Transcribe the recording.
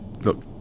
look